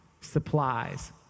supplies